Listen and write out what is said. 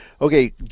Okay